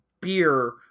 beer